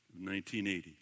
1980